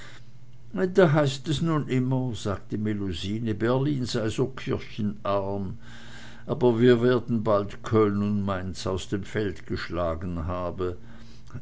da heißt es nun immer sagte melusine berlin sei so kirchenarm aber wir werden bald köln und mainz aus dem felde geschlagen haben